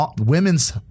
women's